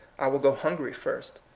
i will go hungry first.